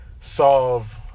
solve